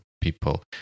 people